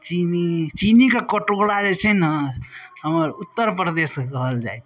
चीनी चीनीके कटोरा जे छै ने हमर उत्तर परदेशके कहल जाइ छै